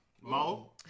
Mo